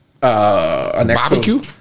Barbecue